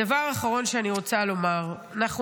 הדבר האחרון שאני רוצה לומר: אנחנו